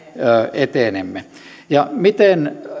etenemme miten